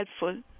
helpful